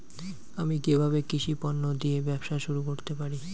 আমি কিভাবে কৃষি পণ্য দিয়ে ব্যবসা শুরু করতে পারি?